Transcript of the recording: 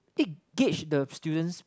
it gauge the student's